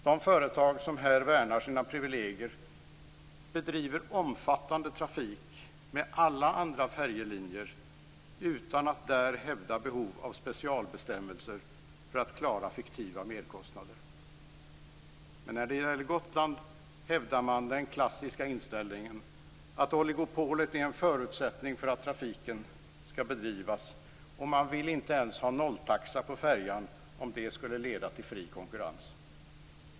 De företag som här värnar sina privilegier bedriver omfattande trafik med alla andra färjelinjer utan att där hävda behov av specialbestämmelser för att klara fiktiva merkostnader. Men när det gäller Gotland hävdar man den klassiska inställningen att oligopolet är en förutsättning för att trafiken kan bedrivas, och man vill inte ens ha nolltaxa på färjan om det skulle leda till fri konkurrens.